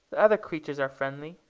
the other creatures are friendly.